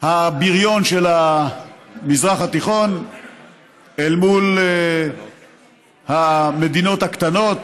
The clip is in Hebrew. הבריון של המזרח התיכון אל מול מדינות הקטנות,